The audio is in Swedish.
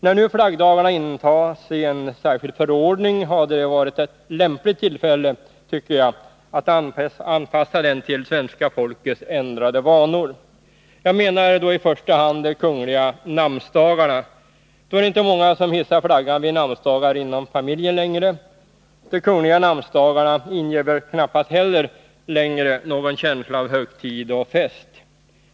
När nu flaggdagarna intas i en särskild förordning, tycker jag att det hade varit ett lämpligt tillfälle att anpassa dem till svenska folkets ändrade vanor. Jag menar då i första hand de kungliga namnsdagarna. Det är nog inte många som hissar flaggan vid namnsdagar inom familjen. De kungliga namnsdagarna inger väl knappast heller någon känsla av högtid och fest längre.